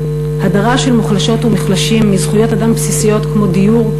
הדרה של מוחלשות ומוחלשים מזכויות אדם בסיסיות כמו דיור,